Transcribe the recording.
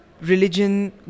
religion